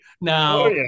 Now